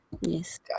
yes